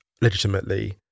Legitimately